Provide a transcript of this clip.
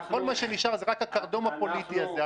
וכל מה שנשאר זה רק הקרדום הפוליטי הזה,